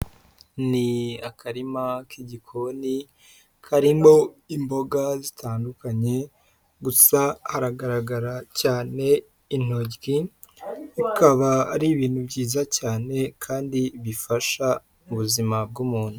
Ni akarima k'igikoni karimo imboga zitandukanye gusa haragaragara cyane intoryi bikaba ari ibintu byiza cyane kandi bifasha mu buzima bw'umuntu.